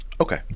okay